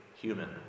Human